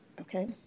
okay